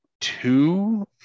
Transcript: two